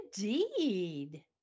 indeed